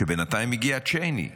שבינתיים הגיע צ'ייני,